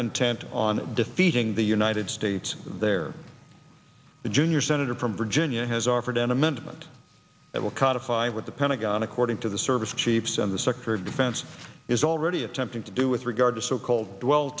intent on defeating the united states there the junior senator from virginia has offered an amendment that will cut a five at the pentagon according to the service chiefs and the secretary of defense is already attempting to do with regard to so called dwell